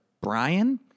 Brian